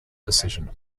decision